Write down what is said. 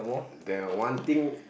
there are wanting